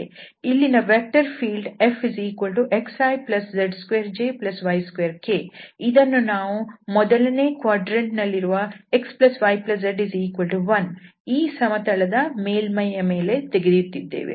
ಇಲ್ಲಿನ vector field Fxiz2jy2k ಇದನ್ನು ನಾವು ಮೊದಲನೇ ಕ್ವಾಡ್ರಂಟ್ ನಲ್ಲಿರುವ xyz1 ಈ ಸಮತಲದ ಮೇಲ್ಮೈಯ ಮೇಲೆ ತೆಗೆಯುತ್ತಿದ್ದೇವೆ